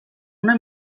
una